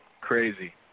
Crazy